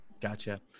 Gotcha